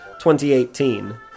2018